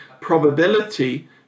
probability